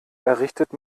errichtet